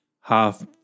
half